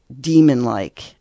demon-like